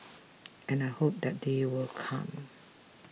and I hope that day will come